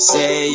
Say